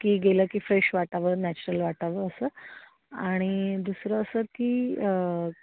की गेलं की फ्रेश वाटावं नॅचरल वाटावं असं आणि दुसरं असं की